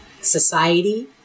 society